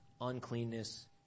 uncleanness